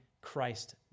Christ